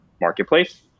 marketplace